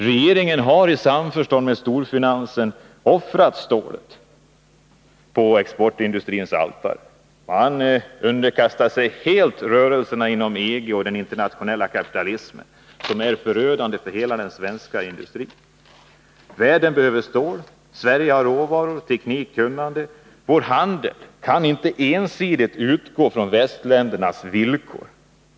Regeringen har i samförstånd med storfinansen offrat stålet på exportindustrins altare och underkastar sig helt rörelserna inom EG och den internationella kapitalismen, vilket är förödande för hela den svenska industrin. Världen behöver stål. Sverige har råvaror, teknik och kunnande. Vår handel kan inte ensidigt utgå från västländernas villkor.